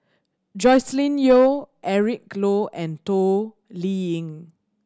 Joscelin Yeo Eric Low and Toh Liying